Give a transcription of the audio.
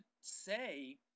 say